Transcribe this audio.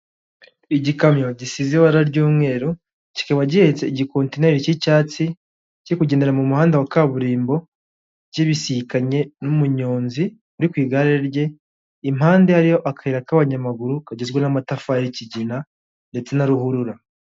Igikamyo gisize ibara ry'umweru, kikaba gihetse igikontineri cy'icyatsi kiri kugendera mu muhanda wa kaburimbo, kibisikanye n'umunyonzi uri ku igare rye impande hariyo akayira k'abanyamaguru kagizwe n'amatafari y'ikigina ndetse na ruhurura.